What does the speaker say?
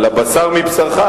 על בשר מבשרך,